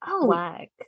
Black